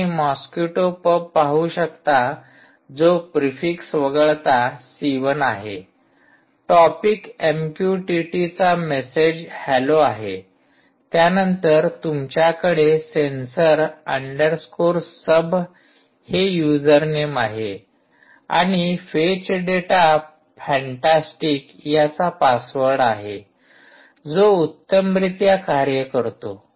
तुम्ही mosquito pub पाहू शकता जो प्रिफिक्स वगळता सी १ आहे टॉपिक एमक्यूटीटीचा मेसेज हॅलो आहे त्यानंतर तुमच्याकडे सेंसर अंडरस्कोर सब हे युजरनेम आहे आणि फेच डेटा फँटॅस्टिक याचा पासवर्ड आहे जो उत्तमरीत्या कार्य करतो